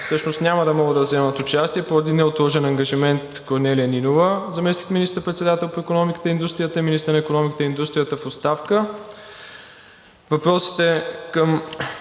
контрол няма да могат да вземат участие поради неотложен ангажимент: Корнелия Нинова – заместник министър-председател по икономиката и индустрията и министър на икономиката и индустрията в оставка. Въпросите към